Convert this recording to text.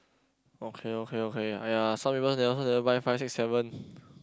okay okay okay !aiya! some people never they also never buy five six seven